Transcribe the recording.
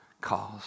calls